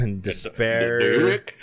despair